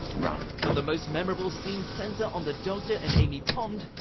but the most memorable scenes centre on the doctor and amy pond,